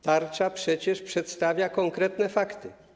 Tarcza przecież przedstawia konkretne fakty.